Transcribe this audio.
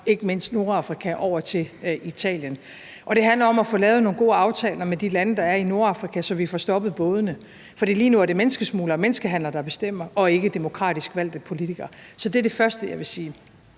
ikke mindst Nordafrika over til Italien, og det handler om at få lavet nogle gode aftaler med de lande, der er i Nordafrika, så vi får stoppet bådene, for lige nu er det menneskesmuglere og menneskehandlere, der bestemmer, og ikke demokratisk valgte politikere. Så det er det første, jeg vil sige.